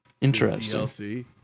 Interesting